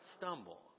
stumble